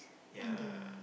ya